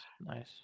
nice